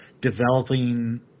developing